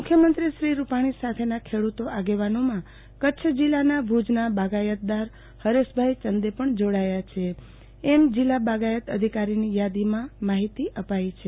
મુખ્યમંત્રી શ્રી રૂપાણી સાથેના ખેડૂત આગેવાનોમાં કચ્છ જીલ્લાના ભુજના બાગાયતદાર હરેશભાઈ ચંદે પણ જોડાયા છે એમ જીલ્લા બાગાયત અધિકારીની યાદીમાં માહિતી અપાઈ છે